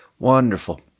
Wonderful